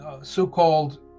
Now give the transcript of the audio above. so-called